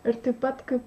ir taip pat kaip